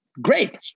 great